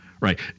right